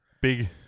Big